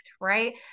right